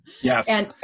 Yes